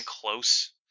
close